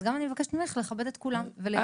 אז גם אני מבקשת ממך לכבד את כולם ולהתייחס